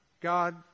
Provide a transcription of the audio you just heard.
God